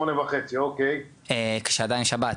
וחצי, כשעדיין שבת.